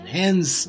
hence